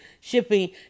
shipping